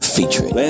Featuring